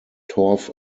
torf